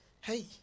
Hey